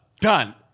Done